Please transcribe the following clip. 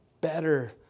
better